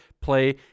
play